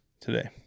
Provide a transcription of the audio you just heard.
today